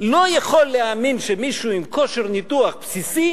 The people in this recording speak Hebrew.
לא יכול להאמין שמישהו עם כושר ניתוח בסיסי